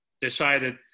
decided